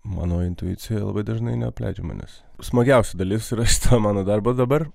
mano intuicija labai dažnai neapleidžia manęs smagiausia dalis rasta mano darbo dabar